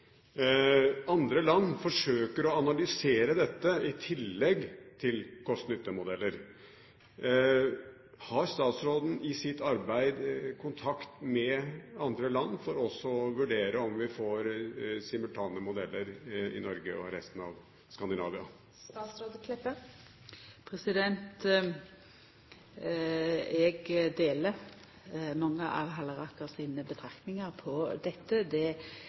Andre land forsøker å analysere dette i tillegg til kost–nytte-modeller. Har statsråden i sitt arbeid kontakt med andre land for også å vurdere om vi får simultane modeller i Norge og resten av Skandinavia? Eg deler mange av Halleraker sine betraktningar om dette. Det